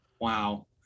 wow